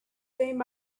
sitting